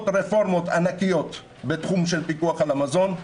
רפורמות ענקיות בתחום של פיקוח על המזון,